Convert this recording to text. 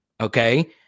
okay